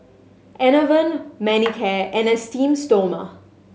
Enervon Manicare and Esteem Stoma